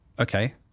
Okay